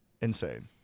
Insane